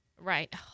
Right